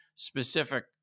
specific